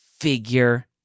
figure